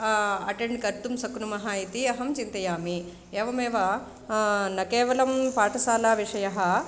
attend कर्तुं शक्नुमः इति अहं चिन्तयामि एवमेव न केवलं पाठशालाविषयः